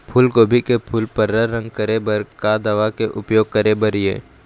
फूलगोभी के फूल पर्रा रंग करे बर का दवा के उपयोग करे बर ये?